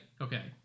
Okay